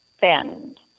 bend